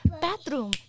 bathroom